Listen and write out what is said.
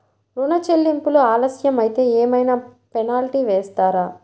ఋణ చెల్లింపులు ఆలస్యం అయితే ఏమైన పెనాల్టీ వేస్తారా?